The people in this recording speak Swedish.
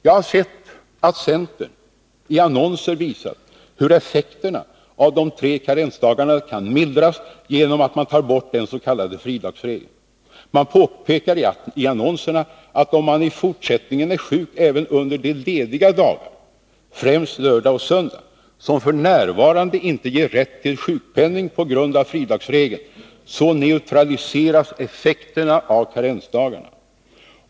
Jag har sett att centern i annonser visat hur effekterna av de tre karensdagarna kan mildras genom att man tar bort den s.k. fridagsregeln. Det påpekas i annonserna att om man i fortsättningen är sjuk även under de lediga dagar, främst lördag-söndag, som f. n. inte ger rätt till sjukpenning på grund av fridagsregeln, så neutraliseras effekterna av karensdagarna.